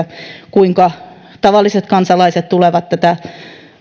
kuinka tavalliset kansalaiset tulevat tätä